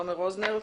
תומר רוזנר,